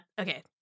Okay